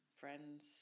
friends